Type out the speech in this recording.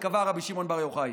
שקבע רבי שמעון בר יוחאי.